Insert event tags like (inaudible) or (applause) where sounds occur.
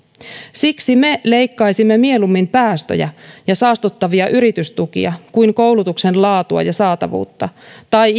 siksi me leikkaisimme mieluummin päästöjä ja saastuttavia yritystukia kuin koulutuksen laatua ja saatavuutta tai (unintelligible)